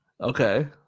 okay